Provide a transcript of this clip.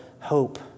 hope